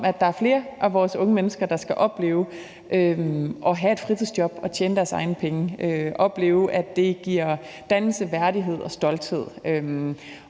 at der er flere af vores unge mennesker, der skal opleve at have et fritidsjob og tjene deres egne penge, og opleve, at det giver dannelse, værdighed og stolthed.